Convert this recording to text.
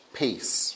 peace